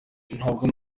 ntabwo